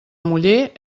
muller